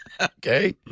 Okay